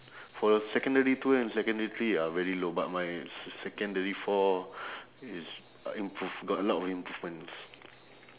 for the secondary two and secondary three are very low but my s~ secondary four is improve got a lot of improvements